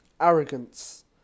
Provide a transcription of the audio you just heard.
arrogance